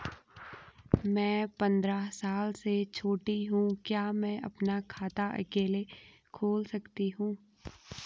मैं पंद्रह साल से छोटी हूँ क्या मैं अपना खाता अकेला खोल सकती हूँ?